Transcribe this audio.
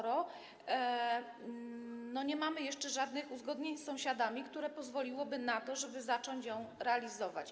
Przecież nie mamy jeszcze żadnych uzgodnień z sąsiadami, które pozwoliłyby na to, żeby zacząć ją realizować.